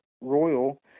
Royal